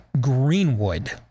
Greenwood